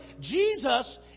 Jesus